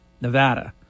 Nevada